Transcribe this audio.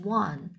one